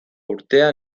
urtea